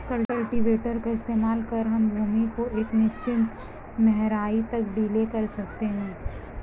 cultivator का इस्तेमाल कर हम भूमि को एक निश्चित गहराई तक ढीला कर सकते हैं